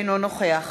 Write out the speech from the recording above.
אינו נוכח